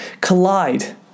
collide